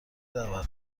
دعوت